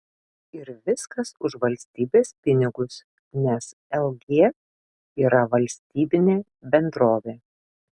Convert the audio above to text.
ir viskas už valstybės pinigus nes lg yra valstybinė bendrovė